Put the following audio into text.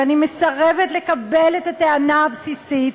ואני מסרבת לקבל את הטענה הבסיסית,